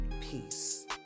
Peace